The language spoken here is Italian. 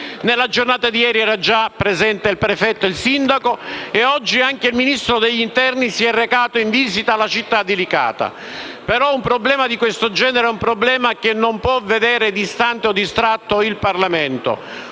nella giornata di ieri erano già presenti il prefetto e il questore e oggi anche il Ministro dell'interno si è recato in visita alla città di Licata. Un problema di questo genere non può vedere distante o distratto il Parlamento.